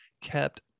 kept